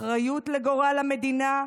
אחריות לגורל המדינה,